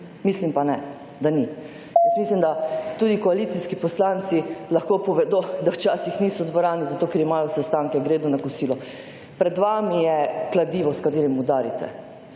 razprave/ Jaz mislim da, tudi koalicijski poslanci lahko povedo, da včasih niso v dvorani, zato ker imajo sestanke, gredo na kosilo. Pred vami je kladivo, s katerim udarite,